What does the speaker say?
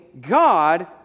God